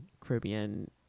caribbean